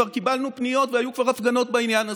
כבר קיבלנו פניות וכבר היו הפגנות בעניין הזה.